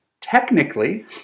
Technically